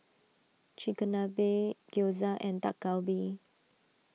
Chigenabe Gyoza and Dak Galbi